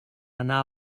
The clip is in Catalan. anar